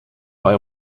bei